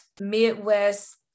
Midwest